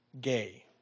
gay